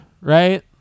right